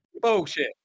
Bullshit